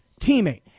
teammate